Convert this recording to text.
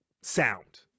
sound